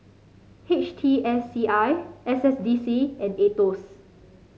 H T S C I S S D C and Aetos